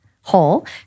hole